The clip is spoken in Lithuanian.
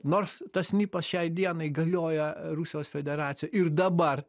nors tas snipas šiai dienai galioja rusijos federacijoj ir dabar